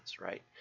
right